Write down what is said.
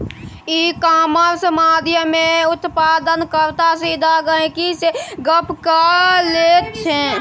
इ कामर्स माध्यमेँ उत्पादन कर्ता सीधा गहिंकी सँ गप्प क लैत छै